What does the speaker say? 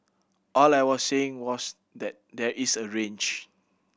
all I was saying was that there is a range